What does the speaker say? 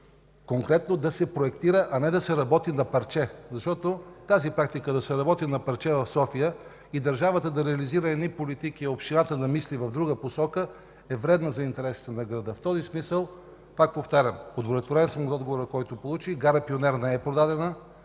конкретно да се проектира, а не да се работи на парче? Защото практиката да се работи на парче в София и държавата да реализира едни политики, а общината да мисли в друга посока, е вредна за интересите на града. В този смисъл, пак повтарям, удовлетворен съм от отговора, който получих. Гара Пионер не е продадена.